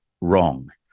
wrong